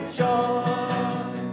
joy